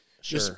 Sure